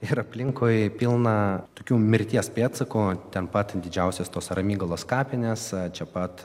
ir aplinkui pilna tokių mirties pėdsakų ten pat didžiausios tos ramygalos kapinės čia pat